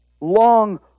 Long